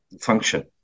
function